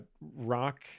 Rock